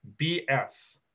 BS